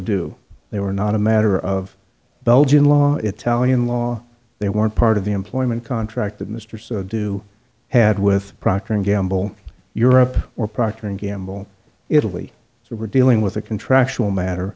do they were not a matter of belgian law italian law they weren't part of the employment contract that mr so do had with procter and gamble europe or procter and gamble italy were dealing with a contractual matter